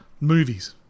Movies